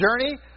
journey